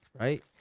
right